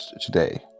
today